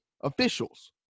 officials